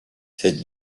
cette